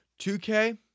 2K